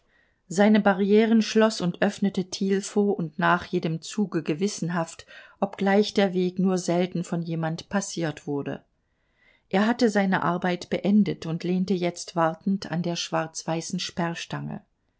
seine barrieren schloß und öffnete thiel vor und nach jedem zuge gewissenhaft obgleich der weg nur selten von jemand passiert wurde er hatte seine arbeit beendet und lehnte jetzt wartend an der schwarzweißen